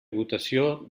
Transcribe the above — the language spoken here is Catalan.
votació